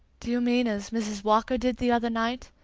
do you mean as mrs. walker did the other night?